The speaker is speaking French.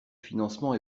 financement